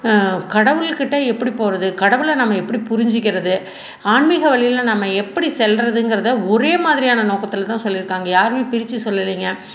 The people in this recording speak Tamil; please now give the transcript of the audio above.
கடவுள் கிட்ட எப்படி போகிறது கடவுளை நாம எப்படி புரிஞ்சிக்கிறது ஆன்மீக வழியில் நாம எப்படி செல்கிறதுங்குறத ஒரே மாதிரியான நோக்கத்தில் தான் சொல்லியிருக்காங்க யாருமே பிரிச்சு சொல்லலைங்க